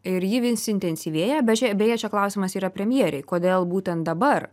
ir ji vis intensyvėja be čia beje čia klausimas yra premjerei kodėl būtent dabar